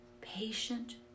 patient